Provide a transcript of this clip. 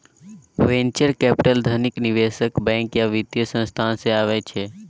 venture capital धनिक निबेशक, bank या बित्तीय संस्थान सँ अबै छै